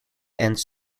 ends